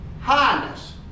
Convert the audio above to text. highness